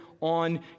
on